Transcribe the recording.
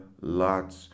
lots